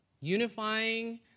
unifying